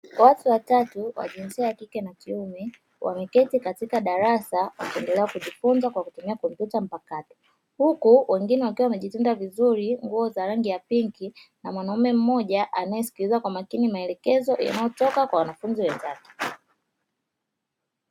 Watu watatu wa jinsia ya kike na kiume wameketi katika darasa wakiendelea kujifunza kwa kutumia kompyuta mpakato, huku wengine wakiwa wamejitanda vizuri kwa nguo za rangi ya pinki, na mwanaume mmoja anaesikiliza kwa makini maelekezo yanayotoka kwa wanafunzi wenzake.